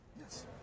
Yes